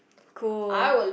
cool